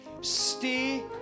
stay